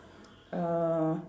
uh